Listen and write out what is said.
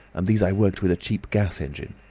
and these i worked with a cheap gas engine.